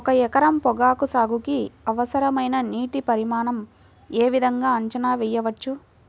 ఒక ఎకరం పొగాకు సాగుకి అవసరమైన నీటి పరిమాణం యే విధంగా అంచనా వేయవచ్చు?